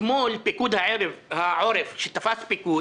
אתמול פיקוד העורף שתפס פיקוד